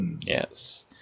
Yes